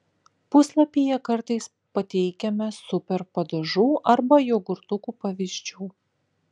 puslapyje kartais pateikiame super padažų arba jogurtukų pavyzdžių